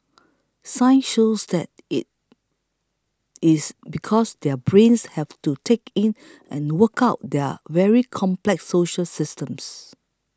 science shows that is is because their brains have to take in and work out their very complex social systems